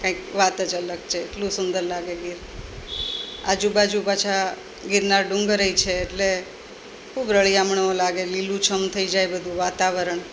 કંઈક વાત જ અલગ છે એટલું સુંદર લાગે ગીર આજુ બાજુ પાછા ગીરના ડુંગરે ય છે એટલે ખૂબ રળીયામણું લાગે લીલું છમ થઈ જાય બધું વાતાવરણ